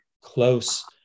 close